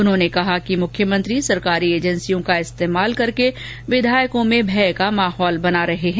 उन्होंने कहा कि मुख्यमंत्री सरकारी एजेंसियों का इस्तेमाल करके विधायकों में भय का माहौल बना रहे हैं